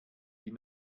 die